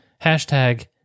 Hashtag